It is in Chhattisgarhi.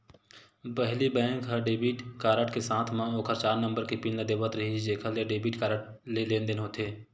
पहिली बेंक ह डेबिट कारड के साथे म ओखर चार नंबर के पिन ल देवत रिहिस जेखर ले डेबिट कारड ले लेनदेन होथे